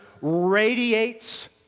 radiates